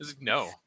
No